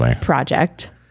project